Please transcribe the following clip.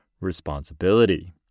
responsibility